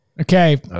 Okay